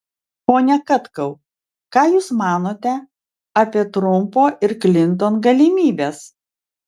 pone katkau ką jūs manote apie trumpo ir klinton galimybes